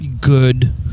good